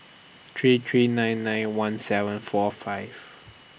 three three nine nine one seven four five